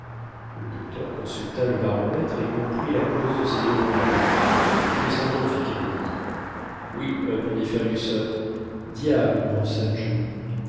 le docteur consulta le baromètre et comprit la cause de ces hurlements nous descendons fit kennedy oui répondit fergusson diable pensa